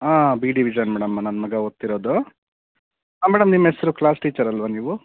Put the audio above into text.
ಹಾಂ B division madam ನನ್ನ ಮಗ ಓದ್ತಿರೋದು ಹಾಂ ಮೇಡಮ್ ನಿಮ್ಮ ಹೆಸರು ಕ್ಲಾಸ್ ಟೀಚರ್ ಅಲ್ಲವ ನೀವು